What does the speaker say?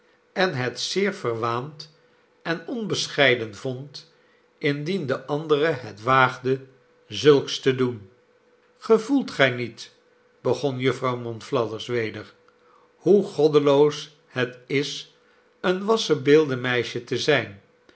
en het zeer verwaand en onbescheiden vond indien de andere het waagde zulks te doen gevoelt gij niet begon jufvrouw monflathers weder hoe goddeloos het is een wassenbeeldenmeisje te zijn